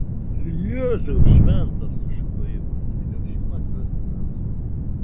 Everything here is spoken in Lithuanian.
jėzau šventas sušuko ji pasiruošimas vestuvėms